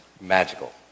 magical